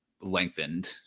lengthened